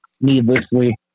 needlessly